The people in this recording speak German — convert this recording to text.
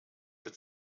mit